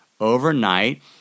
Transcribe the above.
overnight